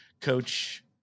coach